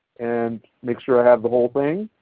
and make sure i have the whole thing.